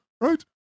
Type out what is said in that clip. right